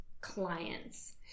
clients